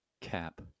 cap